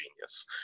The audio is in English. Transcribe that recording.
genius